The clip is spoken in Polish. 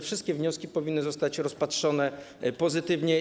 Wszystkie wnioski powinny zostać rozpatrzone pozytywnie.